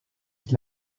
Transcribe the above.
die